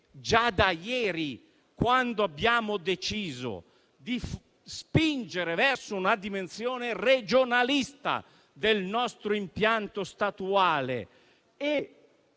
già da ieri, quando abbiamo deciso di spingere verso una dimensione regionalista del nostro impianto statuale,